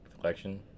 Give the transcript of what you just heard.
collection